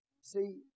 See